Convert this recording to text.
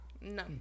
No